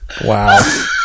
Wow